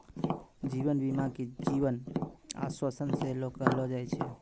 जीवन बीमा के जीवन आश्वासन सेहो कहलो जाय छै